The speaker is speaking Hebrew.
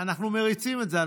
אנחנו מריצים את זה.